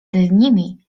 nimi